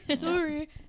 sorry